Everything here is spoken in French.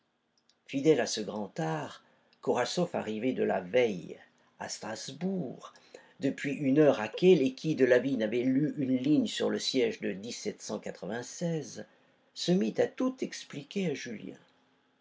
fidèle à ce grand art korasoff arrivé de la veille à strasbourg depuis une heure à kehl et qui de la vie n'avait lu une ligne sur le siège de se mit à tout expliquer à julien